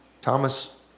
Thomas